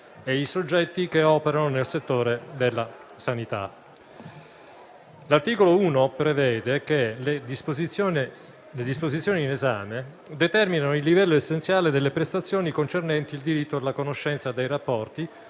e i soggetti che operano nel settore della sanità. L'articolo 1 prevede che le disposizioni in esame determinano il livello essenziale delle prestazioni concernenti il diritto alla conoscenza dei rapporti